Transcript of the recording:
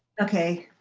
okay.